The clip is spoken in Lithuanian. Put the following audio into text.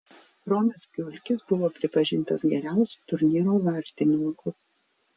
romas kiulkis buvo pripažintas geriausiu turnyro vartininku